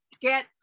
get